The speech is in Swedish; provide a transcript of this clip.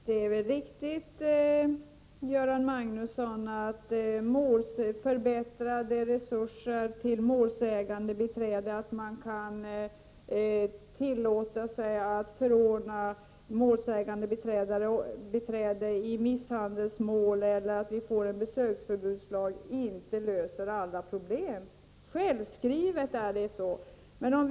Herr talman! Det är väl riktigt att förbättrade resurser till målsägandebiträde, att man kan tillåta sig att förordna målsägandebiträde i misshandelsmål eller att vi får en besöksförbudslag inte löser alla problem. Det är självskrivet, Göran Magnusson!